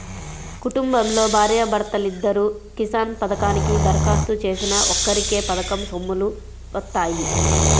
కుటుంబంలో భార్యా భర్తలిద్దరూ కిసాన్ పథకానికి దరఖాస్తు చేసినా ఒక్కరికే పథకం సొమ్ములు వత్తాయి